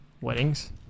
weddings